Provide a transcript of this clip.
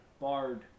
barred